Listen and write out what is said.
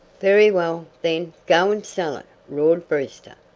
very well, then, go and sell out, roared brewster.